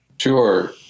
Sure